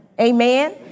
Amen